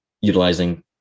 utilizing